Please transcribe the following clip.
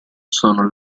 sono